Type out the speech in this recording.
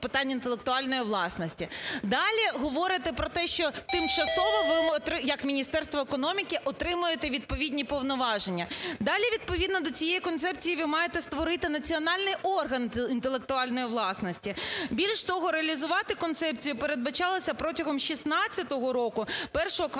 Далі. Відповідно до цієї концепції ви маєте створити національний орган інтелектуальної власності. Більш того, реалізувати концепцію передбачалося протягом 2016 року, І кварталу